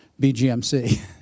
BGMC